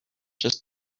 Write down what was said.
just